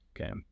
Okay